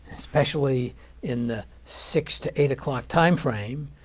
especially in the six to eight o'clock time frame,